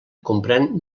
comprèn